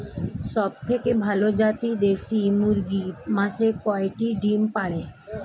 সবথেকে ভালো জাতের দেশি মুরগি মাসে কয়টি ডিম পাড়ে?